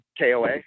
KOA